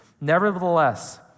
Nevertheless